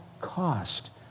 cost